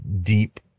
deep